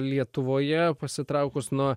lietuvoje pasitraukus nuo